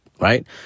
right